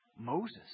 Moses